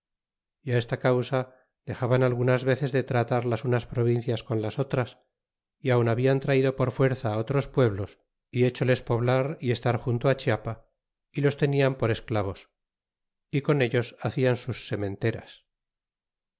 y á esta causa dexaban algunas veces de tratar las unas provincias con las otras y aun hablan traído por fuerza otros pueblos y hecholes poblar y estar junto chiapa y los tenian por esclavos y con ellos hacian sus sementeras